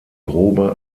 grobe